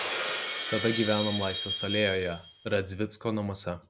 tada gyvenom laisvės alėjoje radzvicko namuose